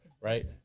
right